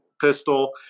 pistol